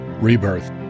Rebirth